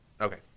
Okay